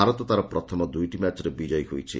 ଭାରତ ତା'ର ପ୍ରଥମ ଦୁଇଟି ମ୍ୟାଚ୍ରେ ବିଜୟୀ ହୋଇଛି